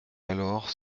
alors